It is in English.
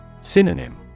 Synonym